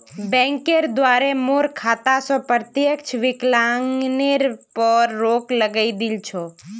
बैंकेर द्वारे मोर खाता स प्रत्यक्ष विकलनेर पर रोक लगइ दिल छ